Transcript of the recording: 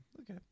Okay